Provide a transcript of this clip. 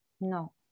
No